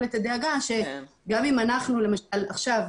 את הדאגה שגם אם אנחנו למשל עכשיו,